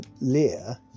Lear